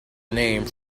name